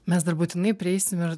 mes dar būtinai prieisim ir